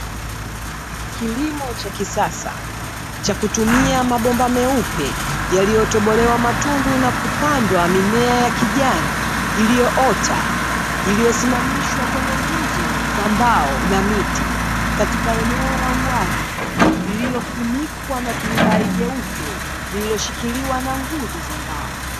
Kilimo cha kisasa cha kutumia mabomba meupe, yaliyotobolewa matundu na kupandwa mimea ya kijani iliyoota, iliyosimamishwa kwenye nguzo za mbao na miti, katika eneo la uwazi lililofunikwa na turubai jeupe. Lililoshikiliwa na nguzo za mbao.